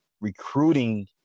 recruiting